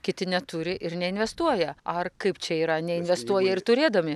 kiti neturi ir neinvestuoja ar kaip čia yra neinvestuoja ir turėdami